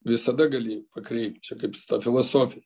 visada gali pakreipt čia kaip su ta filosofija